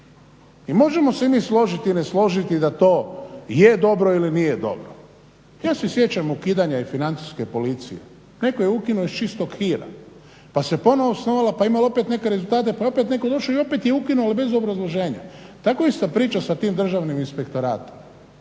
I možemo se mi složiti i ne složiti da to je dobro ili nije dobro. Ja se sjećam ukidanja i financijske policije. Netko je ukinuo iz čistog hira, pa se ponovo osnovala, pa je imala opet neke rezultate, pa je opet netko došao i opet je ukinuo ali bez obrazloženja. Tako je ista priča sa tim Državnim inspektoratom.